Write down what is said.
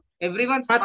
Everyone's